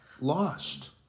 lost